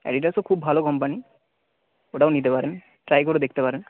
অ্যাডিডাসও খুব ভালো কোম্পানি ওটাও নিতে পারেন ট্রাই করে দেখতে পারেন